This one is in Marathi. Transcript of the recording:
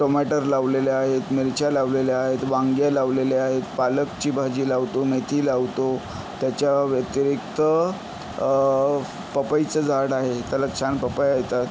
टमाटर लावलेले आहेत मिरच्या लावलेल्या आहेत वांगे लावलेले आहेत पालकची भाजी लावतो मेथी लावतो त्याच्याव्यतिरिक्त पपईचं झाड आहे त्याला छान पपया येतात